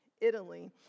Italy